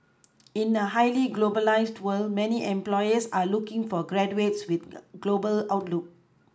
in a highly globalised world many employers are looking for graduates with the global outlook